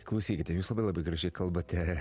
klausykite jūs labai labai gražiai kalbate